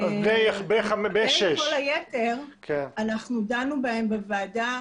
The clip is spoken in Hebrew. בין כל היתר, אנחנו דנו בהם בוועדה,